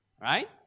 right